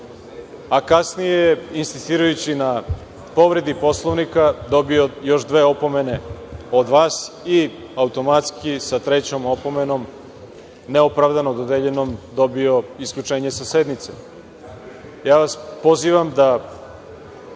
a kasnije je, insistirajući na povredi Poslovnika, dobio još dve opomene od vas i automatski sa trećom opomenom, neopravdano dodeljenom, dobio isključenje sa sednice. Ja vas pozivam još